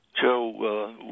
Joe